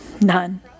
None